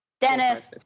Dennis